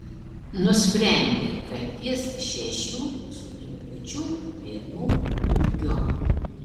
nusprendė kad jis šešių su trupučiu pėdų ūgio